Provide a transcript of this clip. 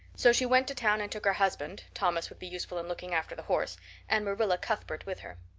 so she went to town and took her husband thomas would be useful in looking after the horse and marilla cuthbert with her.